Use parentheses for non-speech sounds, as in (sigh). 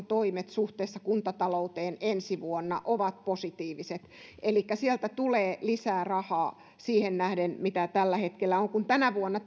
(unintelligible) toimet suhteessa kuntatalouteen ensi vuonna ovat positiiviset elikkä sieltä tulee lisää rahaa siihen nähden mitä tällä hetkellä on kun taas tänä vuonna (unintelligible)